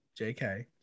jk